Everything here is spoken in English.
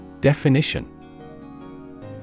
definition